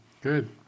Good